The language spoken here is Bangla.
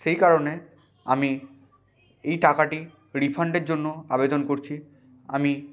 সেই কারণে আমি এই টাকাটি রিফান্ডের জন্য আবেদন করছি আমি